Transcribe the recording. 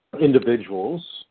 individuals